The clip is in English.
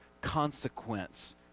consequence